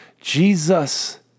Jesus